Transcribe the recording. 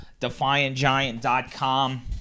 defiantgiant.com